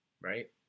right